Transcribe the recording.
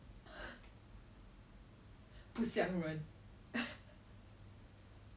that's what I'm telling you she doesn't have to work for it what is hers